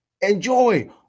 enjoy